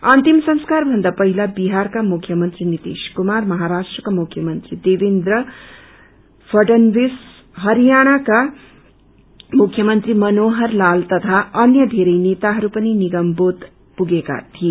अन्तिम संस्कार भन्दा पहिला विहारका मुख्यमंत्री नीतिश कुमार महाराष्ट्रका मुख्यमंत्री फडनवीस हरियाणाका मुख्यमंत्री मनोहर लान तथा अन्य धेरै नेताहरू पिन निगम बोध पुगेका थिए